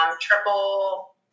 Triple